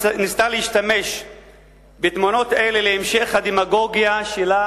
ניסתה להשתמש בתמונות אלה להמשך הדמגוגיה שלה